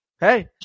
hey